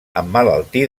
emmalaltir